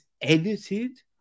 edited